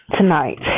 tonight